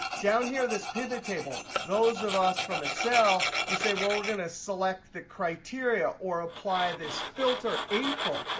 down here in this pivot table, those of us from excel, we say, well, we're going to select the criteria or apply this filter april.